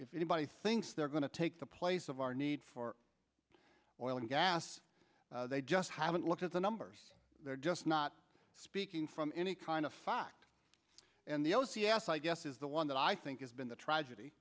anybody thinks they're going to take the place of our need for oil and gas they just haven't looked at the numbers they're just not speaking from any kind of fact and the o c s i guess is the one that i think it's been the tragedy